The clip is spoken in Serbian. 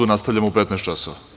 Nastavljamo u 15.00 časova.